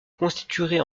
constituerait